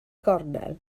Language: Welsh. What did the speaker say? gornel